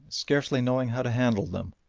scarcely knowing how to handle them,